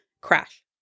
crash